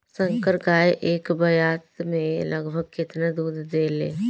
संकर गाय एक ब्यात में लगभग केतना दूध देले?